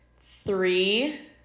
Three